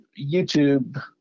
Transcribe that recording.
YouTube